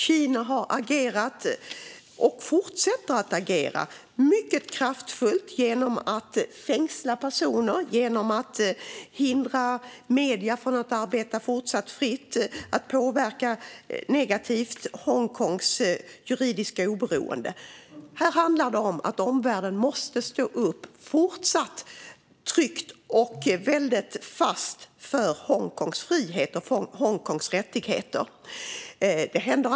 Kina har agerat, och fortsätter att agera, mycket kraftfullt genom att fängsla personer, hindra medier från att arbeta fritt och negativt påverka Hongkongs juridiska oberoende. Här handlar det om att omvärlden fortsatt tryggt och fast måste stå upp för Hongkongs frihet och rättigheter.